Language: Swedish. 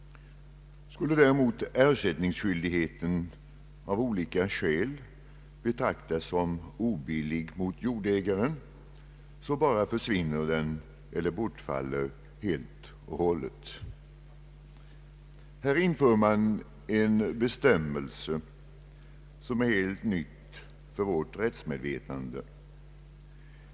Skulle däremot ersättningsskyldigheten av olika skäl betraktas som obillig mot jordägaren, bortfaller den helt och hållet. Här inför man en bestämmelse som är helt ny för vårt rättsmedvetande.